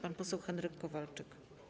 Pan poseł Henryk Kowalczyk.